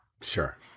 Sure